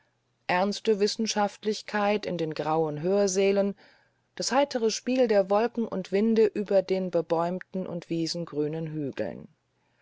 ernste wissenschaftlichkeit in den grauen hörsälen das heitere spiel der wolken und winde über den bebäumten und wiesengrünen hügeln